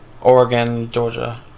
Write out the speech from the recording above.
Oregon-Georgia